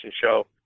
show